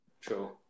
True